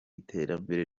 iterambere